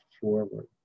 forward